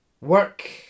Work